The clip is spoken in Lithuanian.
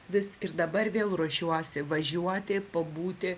vis ir dabar vėl ruošiuosi važiuoti pabūti